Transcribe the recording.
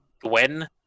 Gwen